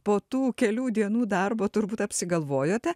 po tų kelių dienų darbo turbūt apsigalvojote